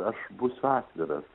aš būsiu atviras